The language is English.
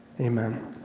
amen